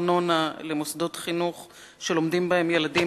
שם הוחלט על פטור מארנונה למוסדות חינוך שלומדים בהם ילדים